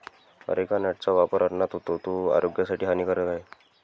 areca नटचा वापर अन्नात होतो, तो आरोग्यासाठी हानिकारक आहे